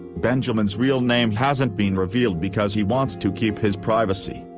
benjaman's real name hasn't been revealed because he wants to keep his privacy.